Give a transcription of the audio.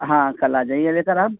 ہاں کل آ جائیے لے کر آپ